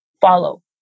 follow